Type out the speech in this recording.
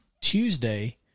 Tuesday